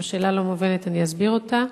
אם השאלה לא מובנת, אני אסביר אותה.